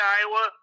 Iowa